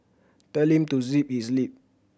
tell him to zip his lip